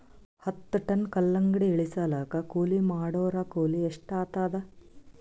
ಹತ್ತ ಟನ್ ಕಲ್ಲಂಗಡಿ ಇಳಿಸಲಾಕ ಕೂಲಿ ಮಾಡೊರ ಕೂಲಿ ಎಷ್ಟಾತಾದ?